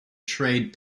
trade